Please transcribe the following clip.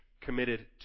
committed